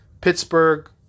Pittsburgh